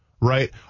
right